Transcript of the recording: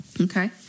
Okay